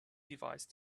device